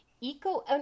Eco